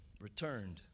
returned